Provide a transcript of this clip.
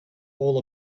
all